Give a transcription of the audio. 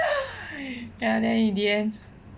and then in the end